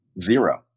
Zero